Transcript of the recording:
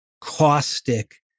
caustic